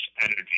energy